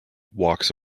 walks